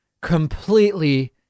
completely